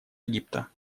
египта